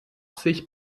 sich